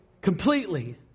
completely